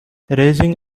raising